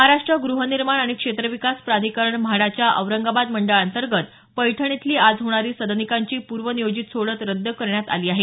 महाराष्ट्र ग्रहनिर्माण आणि क्षेत्रविकास प्राधिकरण म्हाडाच्या औरंगाबाद मंडळांतर्गत पैठण इथली आज होणारी सदनिकांची पूर्व नियोजित सोडत रद्द करण्यात आली आहे